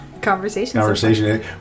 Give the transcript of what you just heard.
conversation